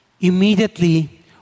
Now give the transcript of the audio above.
Immediately